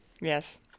yes